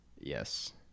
Yes